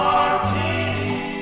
Martini